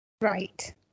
Right